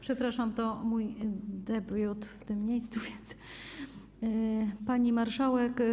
Przepraszam, to mój debiut w tym miejscu, więc... Pani Marszałek!